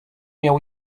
miał